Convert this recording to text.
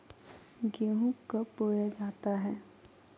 गेंहू कब बोया जाता हैं?